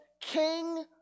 king